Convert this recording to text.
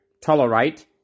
tolerate